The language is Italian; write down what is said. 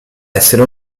essere